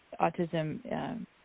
autism